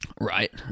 right